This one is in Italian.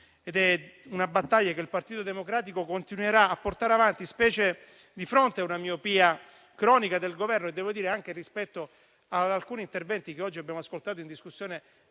È una battaglia che il Partito Democratico continuerà a portare avanti, specie di fronte a una miopia cronica del Governo. Alcuni interventi che oggi abbiamo ascoltato in discussione